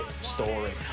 story